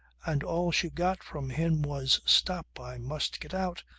and all she got from him was stop. i must get out.